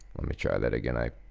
let me try that again, i